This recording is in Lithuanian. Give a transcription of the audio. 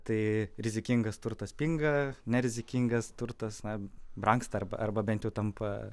tai rizikingas turtas pinga nerizikingas turtas na brangsta arba arba bent jau tampa